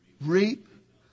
Reap